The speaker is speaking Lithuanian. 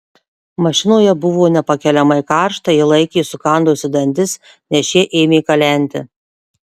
mašinoje buvo nepakeliamai karšta ji laikė sukandusi dantis nes šie ėmė kalenti